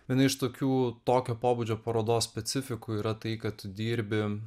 viena iš tokių tokio pobūdžio parodos specifikų yra tai kad tu dirbi